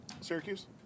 Syracuse